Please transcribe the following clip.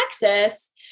Texas